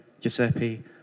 Giuseppe